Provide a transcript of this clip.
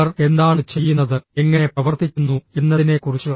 അവർ എന്താണ് ചെയ്യുന്നത് എങ്ങനെ പ്രവർത്തിക്കുന്നു എന്നതിനെക്കുറിച്ച്